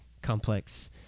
complex